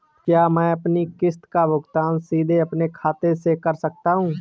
क्या मैं अपनी किश्त का भुगतान सीधे अपने खाते से कर सकता हूँ?